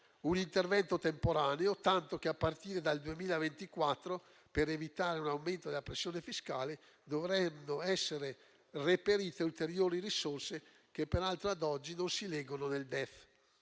un intervento temporaneo, tanto che a partire dal 2024, per evitare un aumento della pressione fiscale, dovranno essere reperite ulteriori risorse che peraltro, ad oggi, non si leggono nel DEF.